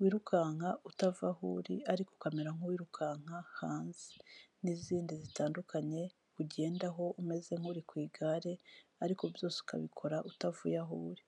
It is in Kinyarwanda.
wirukanka utava aho uri ariko ukamera nk'uwirukanka hanze, n'izindi zitandukanye ugendaho umeze nk'uri ku igare ariko byose ukabikora utavuye aho uri.